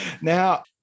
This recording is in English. Now